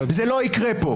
זה לא יקרה פה.